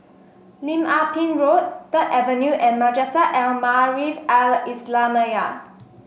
Lim Ah Pin Road Third Avenue and Madrasah Al Maarif Al Islamiah